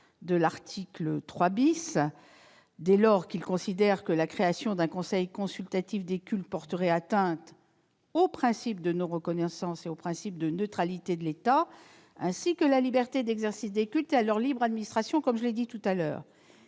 de l'article 3 . En effet, nous considérons que la création d'un conseil consultatif des cultes porterait atteinte au principe de non-reconnaissance des cultes et au principe de neutralité de l'État, ainsi qu'à la liberté d'exercice des cultes et à leur libre administration, comme je l'ai dit tout à l'heure.